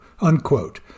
Unquote